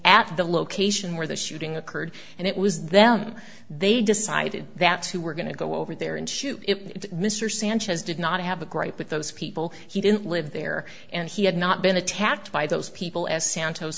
at the location where the shooting occurred and it was them they decided that's who we're going to go over there and shoot it mr sanchez did not have a gripe with those people he didn't live there and he had not been attacked by those people as santos